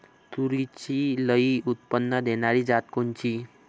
तूरीची लई उत्पन्न देणारी जात कोनची?